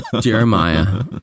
Jeremiah